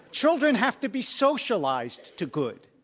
children have to be socialized to good.